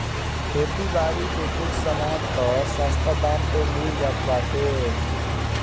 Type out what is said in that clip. खेती बारी के कुछ सामान तअ सस्ता दाम पे मिल जात बाटे